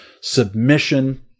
submission